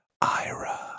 Ira